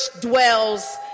dwells